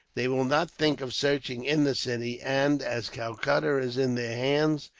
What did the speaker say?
they will not think of searching in the city and, as calcutta is in their hands,